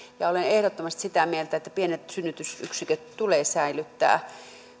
ja olen ehdottomasti sitä mieltä että pienet synnytysyksiköt tulee säilyttää